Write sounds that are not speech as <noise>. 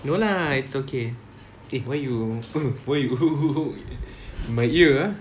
no lah it's okay eh why you why you <laughs> my ear ah